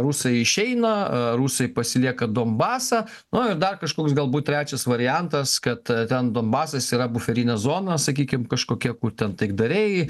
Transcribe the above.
rusai išeina rusai pasilieka donbasą na ir dar kažkoks galbūt trečias variantas kad ten donbasas yra buferinė zona sakykim kažkokia kur ten taikdariai